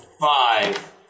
five